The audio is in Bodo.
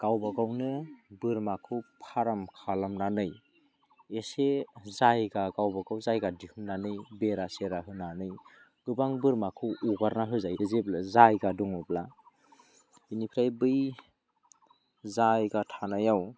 गावबा गावनो बोरमाखौ फार्म खालामनानै एसे जायगा गावबा गाव जायगा दिहुननानै बेरा सेरा होनानै गोबां बोरमाखौ हगारना होजायो जेब्ला जायगा दङब्ला बेनिफ्राय बै जायगा थानायाव